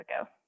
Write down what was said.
ago